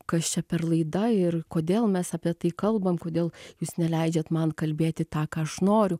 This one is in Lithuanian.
kas čia per laida ir kodėl mes apie tai kalbam kodėl jūs neleidžiat man kalbėti tą ką aš noriu